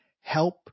help